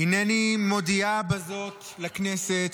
הינני מודיעה בזאת לכנסת,